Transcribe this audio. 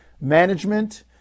management